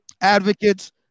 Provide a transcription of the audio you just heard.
advocates